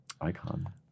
icon